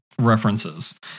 references